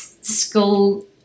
school